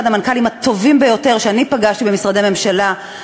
אחד המנכ"לים הטובים ביותר שאני פגשתי במשרדי ממשלה,